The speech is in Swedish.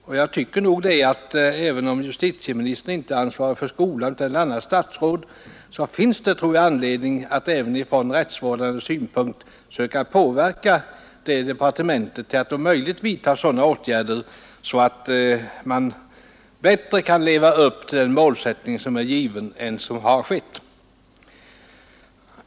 Och jag vill säga — även om det inte är justitieministern utan ett annat statsråd som ansvarar för skolan — att det nog finns anledning att även från rättsvårdande synpunkt försöka påverka ifrågavarande departement att vidta sådana åtgärder att man bättre kan leva upp till den angivna målsättningen än vad som skett.